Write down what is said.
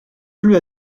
plus